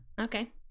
Okay